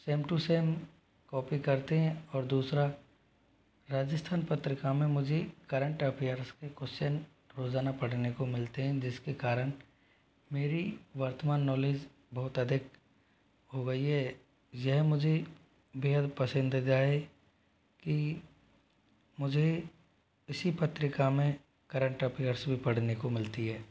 same to same copy करते हैं और दूसरा राजस्थान पत्रिका में मुझे करंट अफेयर्स के क्वेश्चन रोज़ाना पढ़ने को मिलते हैं जिस के कारण मेरी वर्तमान नॉलेज बहुत अधिक हो गई है यह मुझे बेहद पसंदीदा है कि मुझे इसी पत्रिका में करंट अफेयर्स भी पढ़ने को मिलती है